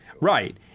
Right